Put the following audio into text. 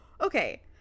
okay